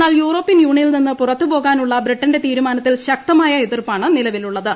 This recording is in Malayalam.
എന്നാൽ യൂറോപ്യൻ യൂണിയനിൽ നിന്ന് പുറത്ത് പോകാനുള്ള ബ്രിട്ടന്റെ തീരുമാനത്തിൽ ശക്തമായ എതിർപ്പാണ് നിലവിലുള്ളത്